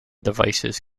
devices